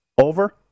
over